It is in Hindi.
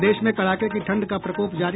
प्रदेश में कड़ाके की ठंड का प्रकोप जारी